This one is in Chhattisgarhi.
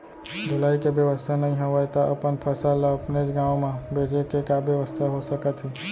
ढुलाई के बेवस्था नई हवय ता अपन फसल ला अपनेच गांव मा बेचे के का बेवस्था हो सकत हे?